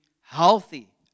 healthy